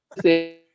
see